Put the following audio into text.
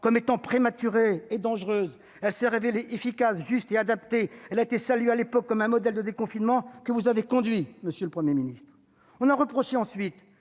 de prématurée et de dangereuse, mais elle s'est révélée efficace, juste et adaptée. Elle a été saluée à l'époque comme un modèle de déconfinement, que vous avez conduit, monsieur le Premier ministre. On nous a reproché ensuite,